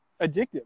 addictive